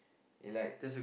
like